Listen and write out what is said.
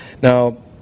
Now